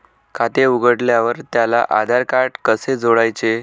खाते उघडल्यावर त्याला आधारकार्ड कसे जोडायचे?